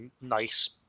nice